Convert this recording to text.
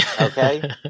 Okay